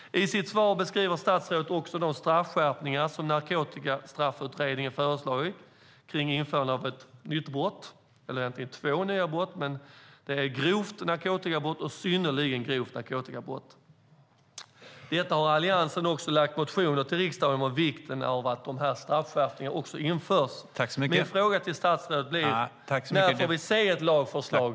I sitt svar beskriver statsrådet också de straffskärpningar som Narkotikastraffutredningen har föreslagit kring införandet av ett nytt brott eller egentligen två nya brott: grovt narkotikabrott och synnerligen grovt narkotikabrott. Alliansen har också lagt motioner till riksdagen om vikten av den straffskärpningen också införs. Min fråga till statsrådet blir: När får vi se ett lagförslag?